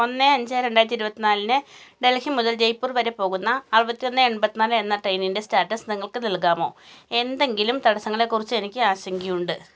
ഒന്ന് അഞ്ച് രണ്ടായിരത്തി ഇരുപത്തിനാലിന് ഡൽഹി മുതൽ ജയ്പൂർ വരെ പോകുന്ന അറുപത്തി ഒന്ന് എണ്പത്തിനാല് എന്ന ട്രെയിനിൻ്റെ സ്റ്റാറ്റസ് നിങ്ങൾക്കു നൽകാമോ എന്തെങ്കിലും തടസ്സങ്ങളെക്കുറിച്ച് എനിക്ക് ആശങ്കയുണ്ട്